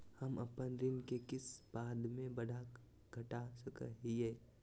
हम अपन ऋण के किस्त बाद में बढ़ा घटा सकई हियइ?